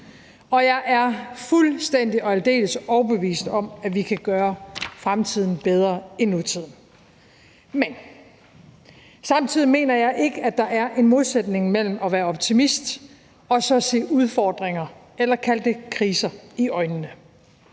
og jeg er fuldstændig og aldeles overbevist om, at vi kan gøre fremtiden bedre end nutiden. Men samtidig mener jeg ikke, at der er en modsætning mellem at være optimist og så at se udfordringer, eller kald det kriser, i øjnene.